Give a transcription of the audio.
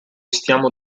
stiamo